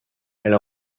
elle